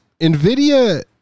nvidia